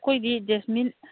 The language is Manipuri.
ꯑꯩꯈꯣꯏꯗꯤ ꯖꯦꯁꯃꯤꯟ